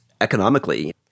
economically